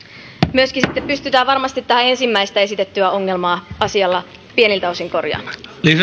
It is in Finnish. myöskin sitten pystytään varmasti tätä ensin esitettyä ongelmaa pieniltä osin korjaamaan